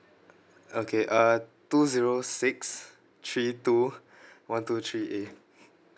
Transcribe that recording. okay uh two zero six three two one two three A